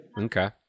okay